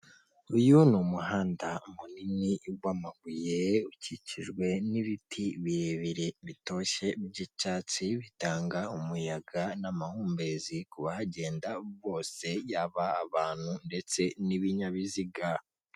Uyu ni umuhanda munini w’amabuye ukikijwe n'ibiti birebire bitoshye by'icyatsi, bitanga umuyaga n'amahumbezi. Kubagenda bose yaba abantu ndetse n'ibinyabiziga.